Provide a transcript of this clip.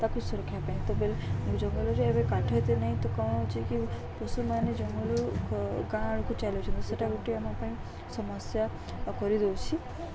ତାକୁ ସୁରକ୍ଷା ପାଇଁ ବେଲେ ଜଙ୍ଗଲରେ ଏବେ କାଠ ଏତେ ନାହିଁ ତ କ'ଣ ହଉଚି କି ପଶୁମାନେ ଜଙ୍ଗଲରୁ ଗାଁ ଆଡ଼କୁ ଚାଲୁଛନ୍ତି ସେଇଟା ଗୋଟେ ଆମ ପାଇଁ ସମସ୍ୟା କରିଦଉଛି